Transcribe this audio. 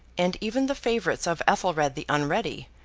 and even the favourites of ethelred the unready,